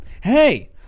Hey